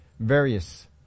Various